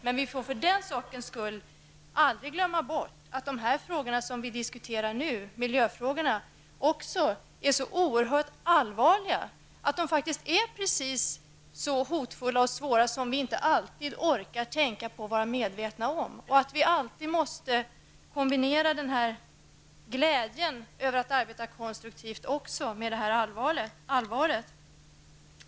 Men vi får ändå aldrig glömma bort att de frågor som vi nu diskuterar, miljöfrågorna, är så oerhört allvarliga att de faktiskt är precis så hotfulla och så svåra att vi inte alltid orkar tänka på dem och är medvetna om dem. Det handlar om att kombinera glädjen med att arbeta konstruktivt med allvaret.